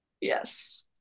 Yes